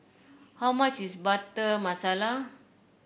how much is Butter Masala